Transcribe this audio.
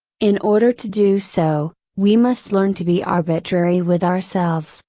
in order to do so, we must learn to be arbitrary with ourselves,